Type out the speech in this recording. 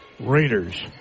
Raiders